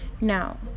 Now